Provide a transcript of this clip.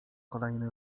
kolejne